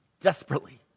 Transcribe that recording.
desperately